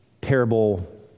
parable